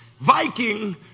Viking